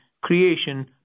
creation